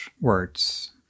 words